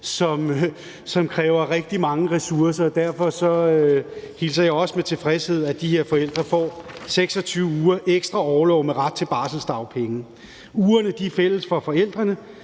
som kræver rigtig mange ressourcer, og derfor hilser jeg også med tilfredshed, at de her forældre får 26 uger ekstra orlov med ret til barselsdagpenge. Ugerne er fælles for forældrene,